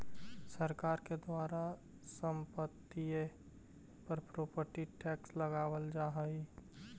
सरकार के द्वारा संपत्तिय पर प्रॉपर्टी टैक्स लगावल जा हई